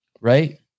right